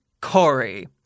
Corey